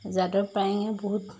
যাদৱ পায়েঙে বহুত